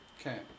Okay